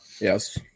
Yes